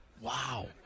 wow